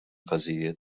każijiet